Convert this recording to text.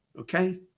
Okay